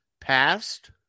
past